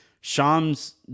Shams